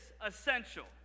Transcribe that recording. essential